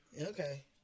Okay